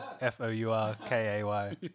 F-O-U-R-K-A-Y